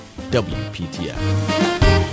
WPTF